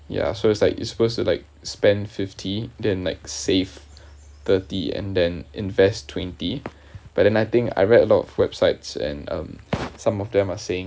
ya so it's like it's supposed to like spend fifty then like save thirty and then invest twenty but then I think I read a lot of websites and um some of them are saying